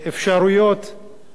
להמשיך לעבוד,